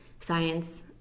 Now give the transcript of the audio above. science